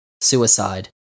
suicide